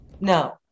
No